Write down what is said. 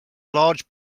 large